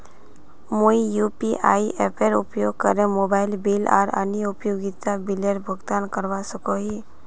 मुई यू.पी.आई एपेर उपयोग करे मोबाइल बिल आर अन्य उपयोगिता बिलेर भुगतान करवा सको ही